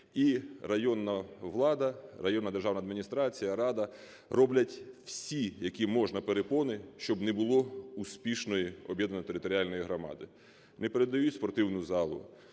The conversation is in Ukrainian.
І районна влада, районна державна адміністрація, рада роблять всі, які можна, перепони, щоб не було успішної об'єднаної територіальної громади. Не передають спортивну залу,